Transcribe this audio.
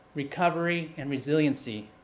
recovery, and resiliency.